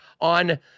on